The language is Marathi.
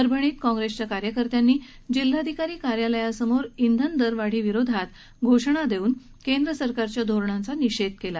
परभणीत काँग्रेसच्या कार्यकर्त्यांनी जिल्हाधिकारी कार्यालयासमोर ब्रिन दरवाढी विरोधात घोषणाबाजी करत केंद्र सरकारच्या धोरणाचा निषेध केला